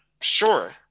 sure